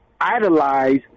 idolize